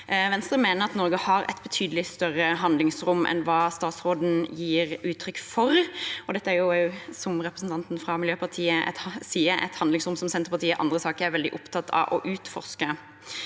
Venstre mener at Norge har et betydelig større handlingsrom enn hva statsråden gir uttrykk for. Dette er også, som representanten fra Miljøpartiet De Grønne sier, et handlingsrom som Senterpartiet i andre saker er veldig opptatt av å utforske.